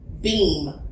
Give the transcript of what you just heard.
beam